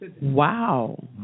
Wow